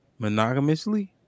monogamously